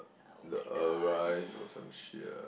[oh]-my-god